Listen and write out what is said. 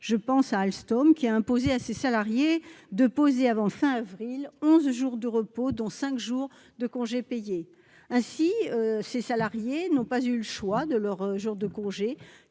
Je pense à Alstom, qui a imposé à ses salariés de poser avant fin avril onze jours de repos, dont cinq jours de congés payés. Ces salariés n'ont pas eu le choix de leurs jours de congé,